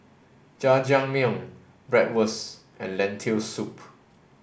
Jajangmyeon Bratwurst and Lentil soup